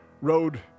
road